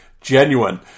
genuine